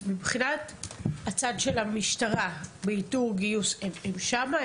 מבחינת הצד של המשטרה באיתור, גיוס, הם שם?